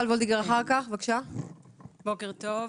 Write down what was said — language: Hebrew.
בוקר טוב.